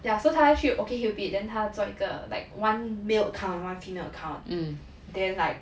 yeah so 她去 OkCupid then 她做一个 like one male account and one female account then like